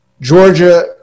Georgia